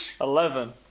Eleven